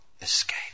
escape